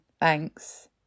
Thanks